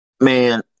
Man